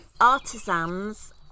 artisans